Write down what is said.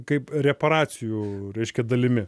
kaip reparacijų reiškia dalimi